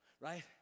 Right